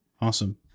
Awesome